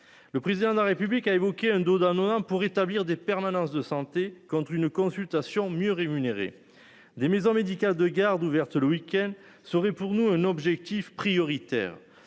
le président de la République a évoqué un dos d'un pour établir des permanences de santé quand une consultation mieux rémunérer. Des maisons médicales de garde ouverte le week-end serait pour nous un objectif prioritaire.